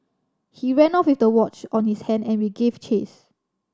he ran off with the watch on his hand and we gave chase